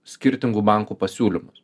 skirtingų bankų pasiūlymus